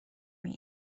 این